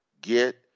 get